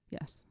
Yes